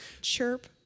Chirp